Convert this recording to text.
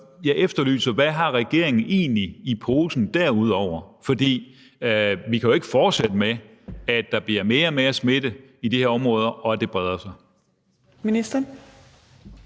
jeg efterlyser, hvad regeringen egentlig har i posen derudover, for vi kan jo ikke have, at der bliver mere og mere smitte i de her områder, og at det breder sig. Kl.